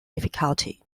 difficulty